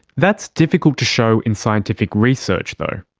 that's difficult to show in scientific research though.